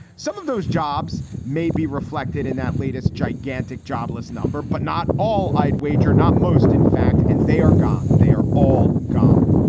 some of those jobs may be reflected in that latest gigantic jobless number, but not all. i'd wager not most, in fact. and they are gone. they are all gone.